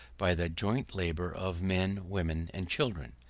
by the joint labour of men, women, and children.